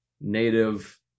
native